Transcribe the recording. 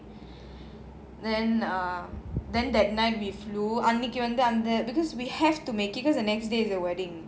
then err then that night we flew because we have to make it because the next day is the wedding